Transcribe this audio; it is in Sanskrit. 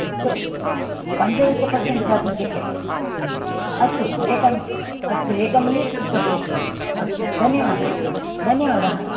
अस्तु पञ्चदश पर्सेण्ट् दातुं शक्यते हा अस्तु एकं अस्तु एकं लिस्ट् कृत्वा प्रेषयतु अस्तु धन्यवादः धन्यवादः